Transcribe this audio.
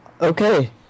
Okay